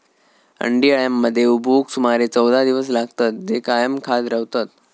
अंडी अळ्यांमध्ये उबवूक सुमारे चौदा दिवस लागतत, जे कायम खात रवतत